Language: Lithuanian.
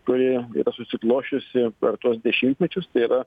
kuri yra susiklosčiusi per tuos dešimtmečius tai yra